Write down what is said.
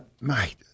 Mate